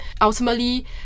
ultimately